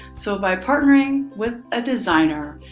so by partnering with a designer,